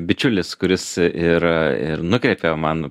bičiulis kuris ir ir nukreipė man